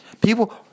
People